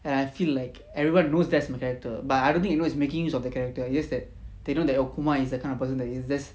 and I feel like everyone knows that's my character but I don't think you know it's making use of the character it's just that they know that oh kumar is the kind of person that is that's